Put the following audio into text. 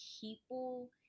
people